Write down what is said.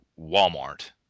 Walmart